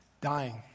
dying